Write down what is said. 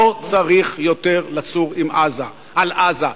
לא צריך יותר לצור על עזה.